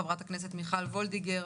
חברת הכנסת מיכל וולדיגר,